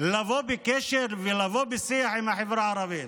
בקשר ובשיח עם החברה הערבית.